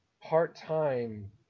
part-time